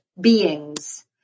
beings